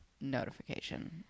notification